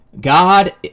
God